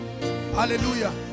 hallelujah